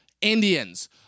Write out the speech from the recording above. Indians